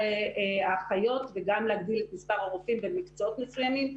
האחיות וגם להגדיל את מספר הרופאים במקצועות מסוימים.